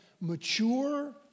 mature